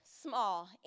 small